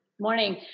morning